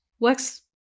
works